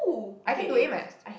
I can do A math